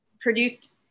produced